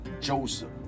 Joseph